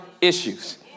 issues